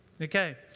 Okay